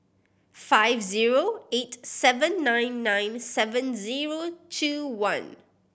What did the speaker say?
five zero eight seven nine nine seven zero two one